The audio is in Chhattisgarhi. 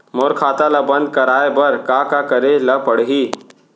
मोर खाता ल बन्द कराये बर का का करे ल पड़ही?